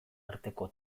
arteko